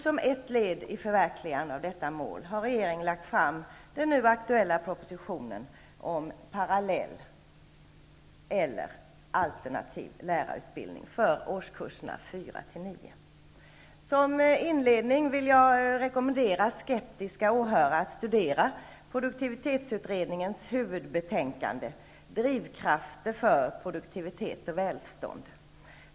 Som ett led i förverkligandet av detta mål har regeringen lagt fram den nu aktuella propositionen om parallell eller alternativ lärarutbildning för årskurserna 4--9. Som inledning vill jag rekommendera skeptiska åhörare att studera produktivitetsutredningens huvudbetänkande Drivkrafter för produktivitet och välstånd.